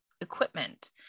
equipment